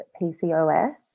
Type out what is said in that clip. PCOS